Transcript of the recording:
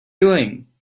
doing